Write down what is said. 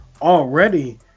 already